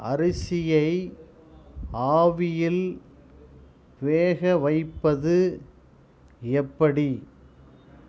அரிசியை ஆவியில் வேக வைப்பது எப்படி